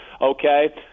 okay